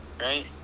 right